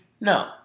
no